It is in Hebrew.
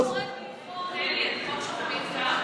אלי, החוק שלך מיותר.